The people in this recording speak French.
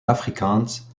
afrikaans